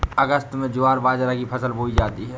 अगस्त में ज्वार बाजरा की फसल बोई जाती हैं